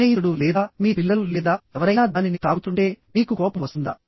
స్నేహితుడు లేదా మీ పిల్లలు లేదా ఎవరైనా దానిని తాకుతుంటే మీకు కోపం వస్తుందా